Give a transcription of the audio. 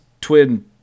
twin